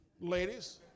ladies